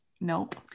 nope